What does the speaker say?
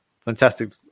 fantastic